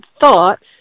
thoughts